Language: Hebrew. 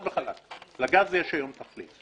אתה רק מקלקל אותה עכשיו.